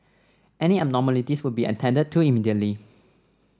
any abnormalities would be attended to immediately